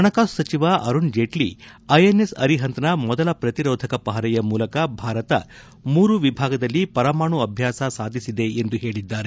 ಹಣಕಾಸು ಸಚಿವ ಅರುಣ್ ಜೇಟ್ಲ ಐಎನ್ಎಸ್ ಅರಿಹಂತ್ನ ಮೊದಲ ಪ್ರತಿರೋಧಕ ಪಹರೆಯ ಮೂಲಕ ಭಾರತ ಮೂರು ವಿಭಾಗದಲ್ಲಿ ಪರಮಾಣು ಅಭ್ಲಾಸ ಸಾಧಿಸಿದೆ ಎಂದು ಹೇಳಿದ್ದಾರೆ